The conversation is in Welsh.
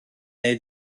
neu